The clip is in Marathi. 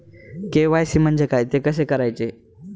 के.वाय.सी म्हणजे काय? ते कसे करायचे?